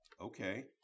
Okay